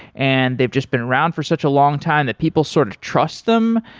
and they've just been around for such a long time that people sort of trust them,